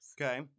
Okay